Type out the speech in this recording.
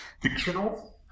fictional